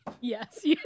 Yes